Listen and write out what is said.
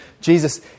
Jesus